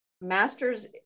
Masters